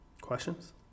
Questions